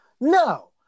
No